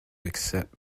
accept